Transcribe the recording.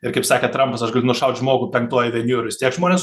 ir kaip sakė trampas nušaut žmogų penktuoju aveniu ir vis tiek žmonės